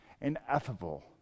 ineffable